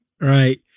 right